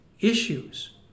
issues